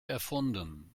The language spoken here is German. erfunden